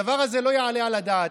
הדבר הזה לא יעלה על הדעת.